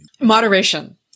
Moderation